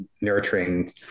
nurturing